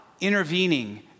intervening